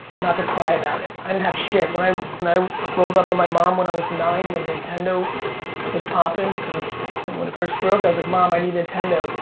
not to cry about it, i didn't have shit when um when i rolled up on my mom when i was nine, when nintendo was poppin' and when it first broke, i was like, mom, i need nintendo.